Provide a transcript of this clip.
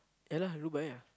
ya lah Dubai ah